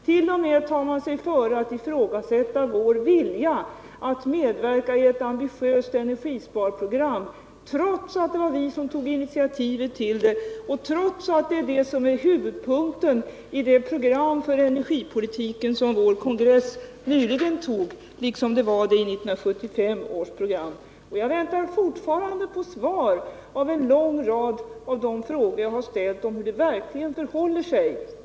T. o. m. tar man sig före att ifrågasätta vår vilja att medverka i ett ambitiöst energisparprogram, trots att det var vi som tog initiativet till det och trots att energisparande är huvudpunkten i det program för energipolitiken som vår kongress nyligen antog, liksom det var i 1975 års program. Jag väntar fortfarande på svar på en lång rad av de frågor jag har ställt om hur det verkligen förhåller sig.